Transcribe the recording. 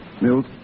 Mills